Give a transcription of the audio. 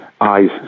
eyes